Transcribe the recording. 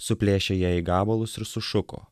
suplėšė ją į gabalus ir sušuko